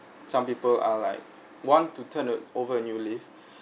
some people are like want to turn a over a new leaf